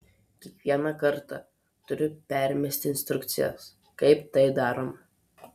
kiekvieną kartą turi permesti instrukcijas kaip tai daroma